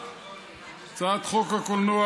הצעת חוק הקולנוע